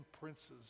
princes